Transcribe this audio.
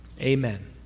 Amen